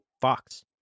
fox